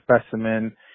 specimen